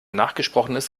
nachgesprochenes